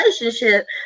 relationship